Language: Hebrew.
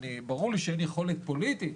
ברור לי שאין יכולת פוליטית,